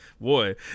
Boy